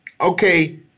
okay